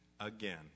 again